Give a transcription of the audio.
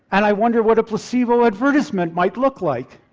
and i wonder what a placebo advertisement might look like.